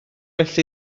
well